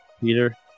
Peter